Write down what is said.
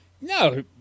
No